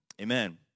amen